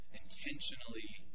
intentionally